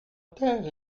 terre